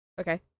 Okay